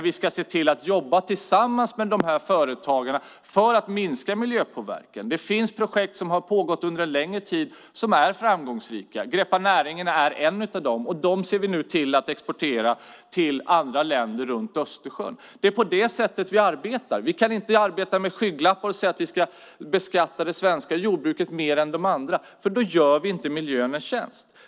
Vi ska se till att jobba tillsammans med dessa företagare för att minska miljöpåverkan. Det finns projekt som har pågått under en längre tid som är framgångsrika. Greppa näringen är en av dem. De ser vi nu till att exportera till andra länder runt Östersjön. Det är på det sättet vi arbetar. Vi kan inte arbeta med skygglappar och säga att vi ska beskatta det svenska jordbruket mer än de andra, för då gör vi inte miljön en tjänst.